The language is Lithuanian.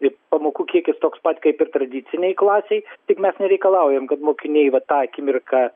ir pamokų kiekis toks pat kaip ir tradicinėj klasėj tik mes nereikalaujam kad mokiniai va tą akimirką